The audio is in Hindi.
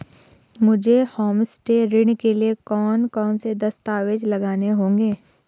मुझे होमस्टे ऋण के लिए कौन कौनसे दस्तावेज़ लगाने होंगे?